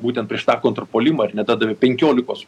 būtent prieš tą kontrpuolimą ir nedadavė penkiolikos